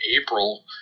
April